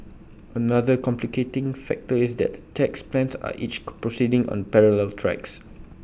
another complicating factor is that tax plans are each proceeding on parallel tracks